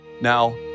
Now